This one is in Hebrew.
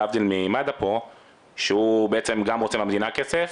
להבדיל ממד"א פה שהוא בעצם גם רוצה מהמדינה כסף,